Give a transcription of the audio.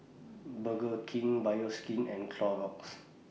Burger King Bioskin and Clorox